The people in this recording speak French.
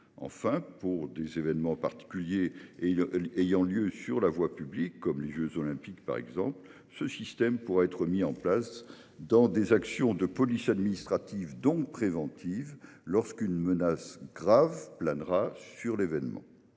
Enfin, pour des événements particuliers ayant lieu sur la voie publique comme les jeux Olympiques, par exemple, ce système pourra être mis en place pour des actions de police administrative, donc préventive, lorsqu'une menace grave planera sur ledit événement.